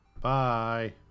Bye